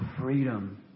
freedom